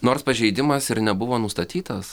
nors pažeidimas ir nebuvo nustatytas